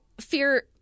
fear